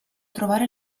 trovare